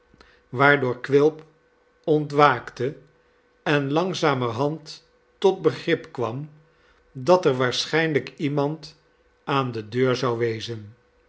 quilp ontwaakte en langzamerhand tot begrip kwarn dat er waarschijnlijk ieaiand aan de deur zou wezen